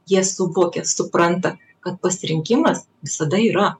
jie suvokia supranta kad pasirinkimas visada yra